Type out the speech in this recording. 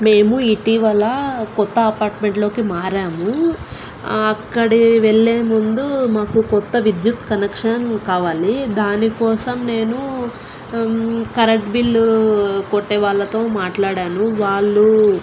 మేము ఇటీవల క్రొత్త అపార్ట్మెంట్లోకి మారాము అక్కడి వెళ్ళే ముందు మాకు క్రొత్త విద్యుత్ కనెక్షన్ కావాలి దానికోసం నేను కరెంట్ బిల్లు కొట్టే వాళ్ళతో మాట్లాడాను వాళ్ళు